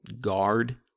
guard